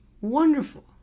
wonderful